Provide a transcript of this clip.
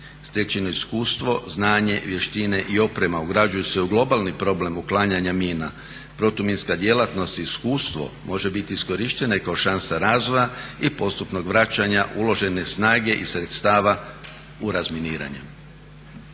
Stečeno iskustvo, znanje, vještine i oprema ugrađuju se u globalni problem uklanjanja mina. Protuminska djelatnost i iskustvo može biti iskorištene kao šansa razvoja i postupnog vraćanja uložene snage i sredstava u razminiranju.